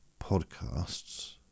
Podcasts